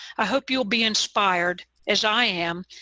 i hope you'll be inspired, as i am,